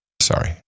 Sorry